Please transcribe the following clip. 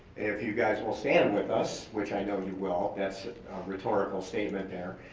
if you guys will stand with us, which i know you will, that's a rhetorical statement there,